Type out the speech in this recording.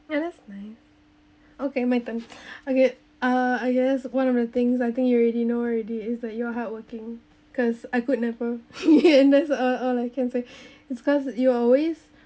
yeah that's nice okay my turn okay uh I guess one of the things I think you already know already is that you're hardworking cause I could never yeah and that's all I can say it's because you're always